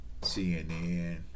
CNN